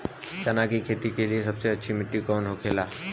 चना की खेती के लिए सबसे अच्छी मिट्टी कौन होखे ला?